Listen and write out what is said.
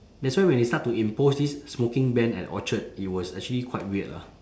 that's why when they start to impose this smoking ban at orchard it was actually quite weird lah